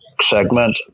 segment